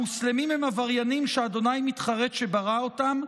המוסלמים הם עבריינים שה' מתחרט שברא אותם.